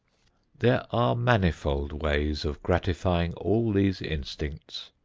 there are manifold ways of gratifying all these instincts.